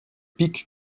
pics